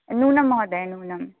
नूनं महोदय नूनम्